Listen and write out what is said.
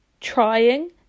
trying